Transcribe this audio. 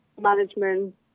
management